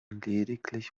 lediglich